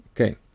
Okay